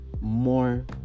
more